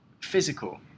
physical